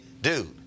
dude